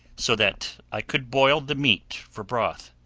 so that i could boil the meat for broth.